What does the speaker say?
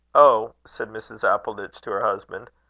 oh! said mrs. appleditch to her husband,